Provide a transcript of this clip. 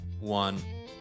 one